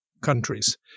countries